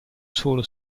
solo